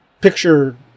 picture